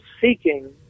seeking